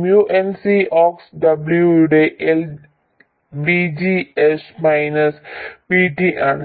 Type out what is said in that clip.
mu n C ox W യുടെ L VGS minus VT ആണ്